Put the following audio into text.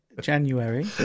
January